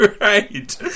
Right